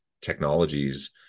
technologies